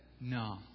no